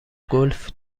گلف